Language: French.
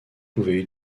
pouvaient